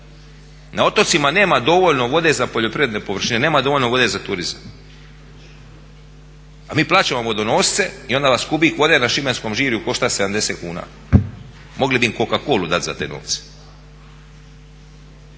na otocima nema dovoljno vode za poljoprivredne površine, nema dovoljno vode za turizam. A mi plaćamo vodonosce i onda nas kubik vode na šibenskom Žirju košta 70 kuna. Mogli bi im coca-colu dati za te novce.